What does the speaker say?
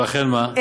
ולכן מה?